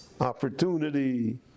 opportunity